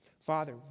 Father